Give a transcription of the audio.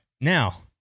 Now